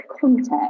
context